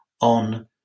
on